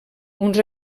uns